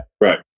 Right